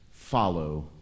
Follow